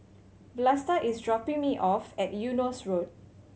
Vlasta is dropping me off at Eunos Road